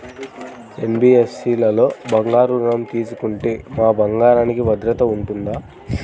NBFC లలో బంగారు ఋణం తీసుకుంటే మా బంగారంకి భద్రత ఉంటుందా?